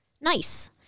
Nice